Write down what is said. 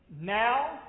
Now